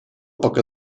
пока